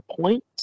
point